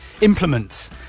implements